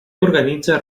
organitza